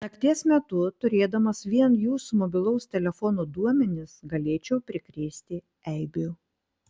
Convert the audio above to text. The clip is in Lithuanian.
nakties metu turėdamas vien jūsų mobilaus telefono duomenis galėčiau prikrėsti eibių